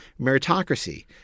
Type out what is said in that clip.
meritocracy